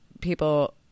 people